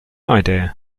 idea